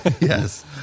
yes